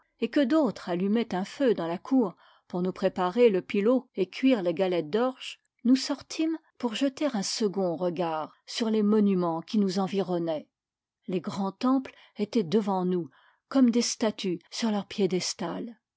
et que d'autres allumaient un feu dans la cour pour nous préparer le pilau et cuire les galettes d'orge nous sortîmes pour jeter un second regard sur les monumens qui nous environnaient les grands temples étaient devant nous comme des statues sur leur piédestal